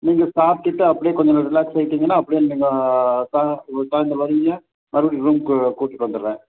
நீங்கள் சாப்பிட்டுட்டு அப்படியே கொஞ்சம் ரிலாக்ஸ் ஆகிட்டிங்கன்னா அப்படியே நீங்கள் க கிளம்பி வருவீங்க மறுபடியும் ரூமுக்கு கூட்டிகிட்டு வந்துடுறேன்